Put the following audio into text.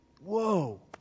whoa